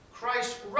Christ